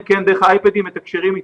הם דרך האייפדים מתקשרים אתי,